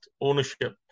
ownership